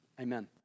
Amen